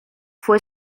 fue